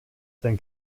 sein